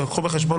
אבל קחו בחשבון,